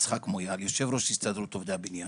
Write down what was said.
יצחק מויאל, יושב ראש הסתדרות עובדי הבניין,